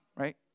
right